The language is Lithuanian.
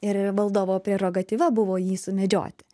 ir valdovo prerogatyva buvo jį sumedžioti